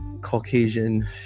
caucasian